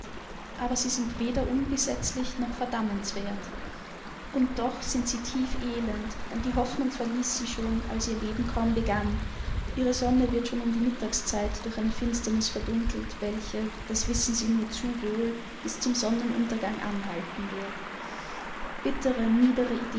aber sie sind weder ungesetzlich noch verdammenswert und doch sind sie tief elend denn die hoffnung verließ sie schon als ihr leben kaum begann ihre sonne wird schon um die mittagszeit durch eine finsternis verdunkelt welche das wissen sie nur zu wohl bis zum sonnenuntergang anhalten wird bittere